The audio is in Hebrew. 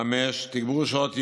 תגבור שעות ייעוץ,